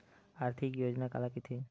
आर्थिक योजना काला कइथे?